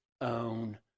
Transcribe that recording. own